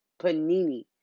panini